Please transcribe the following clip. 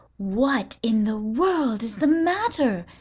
what in the world is the matter?